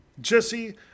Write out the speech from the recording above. Jesse